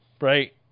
right